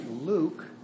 Luke